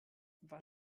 wann